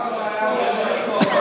אדוני היושב-ראש,